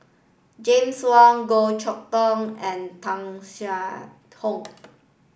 James Wong Goh Chok Tong and Tung Chye Hong